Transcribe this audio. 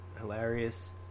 hilarious